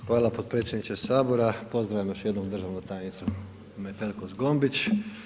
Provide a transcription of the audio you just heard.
Hvala potpredsjedniče Sabora, pozdravljam još jednom državnu tajnicu Metelko Zgombić.